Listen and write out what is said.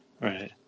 right